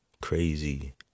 crazy